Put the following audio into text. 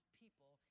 people